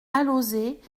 alauzet